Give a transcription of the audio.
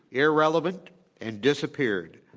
irrelevant and disappeared.